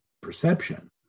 perception